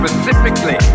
Specifically